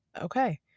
Okay